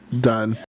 done